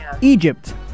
Egypt